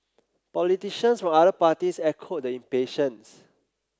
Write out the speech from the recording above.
politicians from other parties echoed the impatience